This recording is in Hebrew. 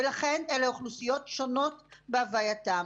ולכן אלה אוכלוסיות שונות בהווייתן.